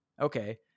Okay